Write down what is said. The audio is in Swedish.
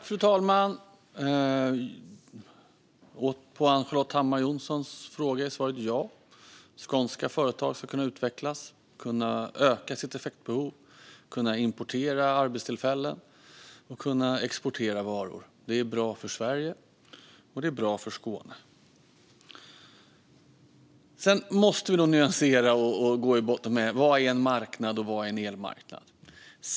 Fru talman! På Ann-Charlotte Hammar Johnssons fråga är svaret ja. Skånska företag ska kunna utvecklas, kunna öka sitt effektbehov, kunna importera arbetstillfällen och kunna exportera varor. Det är bra för Sverige, och det är bra för Skåne. Sedan måste vi nyansera och gå till botten med vad en marknad är och vad en elmarknad är.